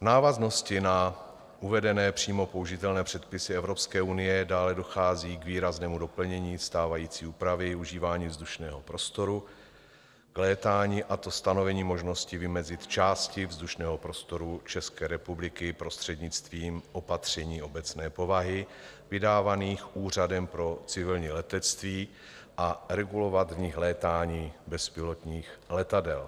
V návaznosti na uvedené přímo použitelné předpisy Evropské unie dále dochází k výraznému doplnění stávající úpravy užívání vzdušného prostoru k létání, a to stanovení možnosti vymezit části vzdušného prostoru České republiky prostřednictvím opatření obecné povahy vydávaných Úřadem pro civilní letectví a regulovat v nich létání bezpilotních letadel.